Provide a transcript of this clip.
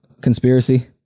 conspiracy